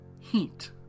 heat